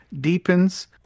deepens